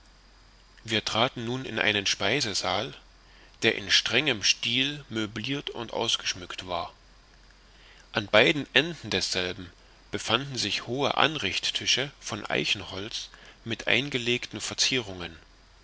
wir traten nun in einen speisesaal der in strengem styl möblirt und ausgeschmückt war an beiden enden desselben befanden sich hohe anrichttische von eichenholz mit eingelegten verzierungen